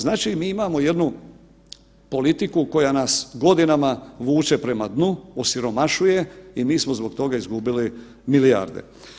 Znači mi imamo jednu politiku koja nas godinama vuče prema dnu, osiromašuje i mi smo zbog toga izgubili milijarde.